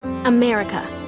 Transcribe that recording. America